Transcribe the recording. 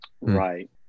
Right